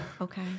Okay